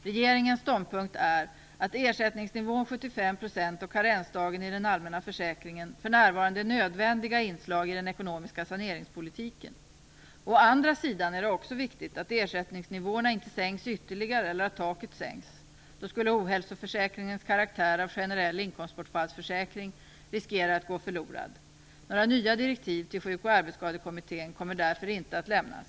Regeringens ståndpunkt är att ersättningsnivån 75 % och karensdagen i den allmänna försäkringen för närvarande är nödvändiga inslag i den ekonomiska saneringspolitiken. Å andra sidan är det också viktigt att ersättningsnivåerna inte sänks ytterligare eller att taket sänks. Då skulle ohälsoförsäkringens karaktär av generell inkomstbortfallsförsäkring riskera att gå förlorad. Några nya direktiv till Sjuk och arbetsskadekommittén kommer därför inte att lämnas.